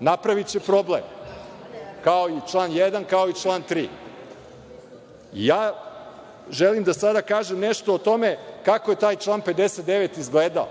Napraviće problem kao i član 1, kao i član 3.Želim sad da kažem nešto o tome kako je taj član 59 izgledao.